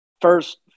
first